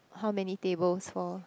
how many tables for